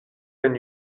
than